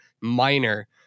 minor